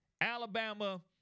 Alabama